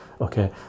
okay